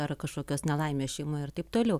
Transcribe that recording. ar kažkokios nelaimės šeimoj ir taip toliau